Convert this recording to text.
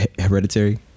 hereditary